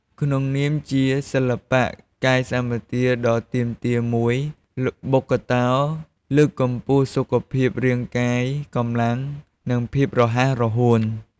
ក្នុងនាមជាសិល្បៈកាយសម្បទាដ៏ទាមទារមួយ ល្បុក្កតោលើកកម្ពស់សុខភាពរាងកាយ កម្លាំង និងភាពរហ័សរហួន។